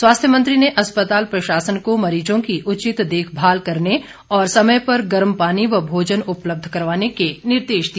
स्वास्थ्य मंत्री ने अस्पताल प्रशासन को मरीजों की उचित देखभाल करने और समय पर गर्म पानी व भोजन उपलब्ध करवाने के निर्देश दिए